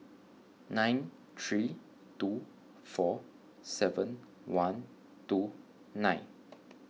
nine three two four seven one two nine